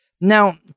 Now